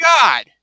God